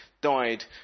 died